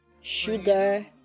sugar